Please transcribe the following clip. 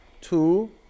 two